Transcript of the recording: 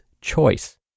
choice